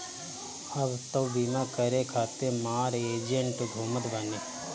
अब तअ बीमा करे खातिर मार एजेन्ट घूमत बाने